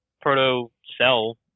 proto-cell